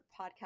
podcast